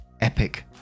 epic